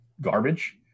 garbage